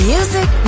Music